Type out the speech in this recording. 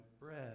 bread